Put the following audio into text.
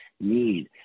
need